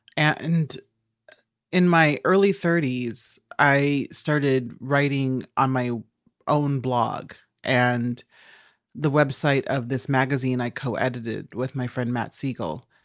and in my early thirty s, i started writing on my own blog and the website of this magazine, i co-edited with my friend matt siegel.